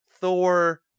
Thor